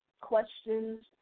questions